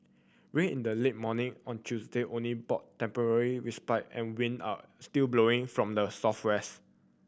rain in the late morning on Tuesday only brought temporary respite and wind are still blowing from the southwest